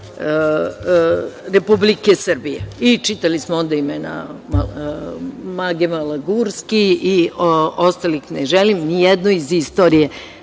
Republike Srbije. Čitali smo ovde imena Mage Malagurski i ostalih. Ne želim ni jednu iz istorije